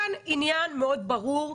יש כאן עניין מאוד ברור,